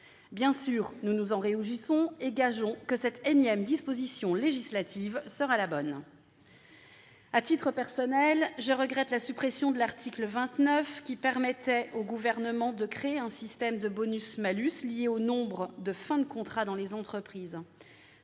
Bien sûr, nous nous en réjouissons et gageons que cette énième disposition législative sera la bonne. À titre personnel, je regrette la suppression de l'article 29, qui permettait au Gouvernement de créer un système de bonus-malus lié au nombre de fins de contrat dans les entreprises.